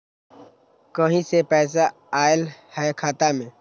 कहीं से पैसा आएल हैं खाता में?